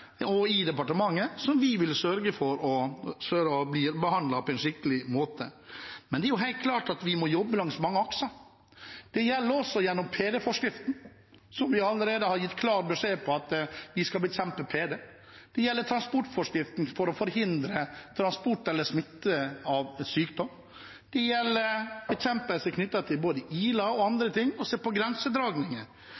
undertegnede i departementet. Vi vil sørge for at de blir behandlet på en skikkelig måte. Det er helt klart at vi må jobbe langs mange akser, også gjennom PD-forskriften – vi har allerede gitt klar beskjed om at vi skal bekjempe PD. Det gjelder transportforskriften, for å forhindre transport og smitte av sykdom. Det gjelder også bekjempelse av ILA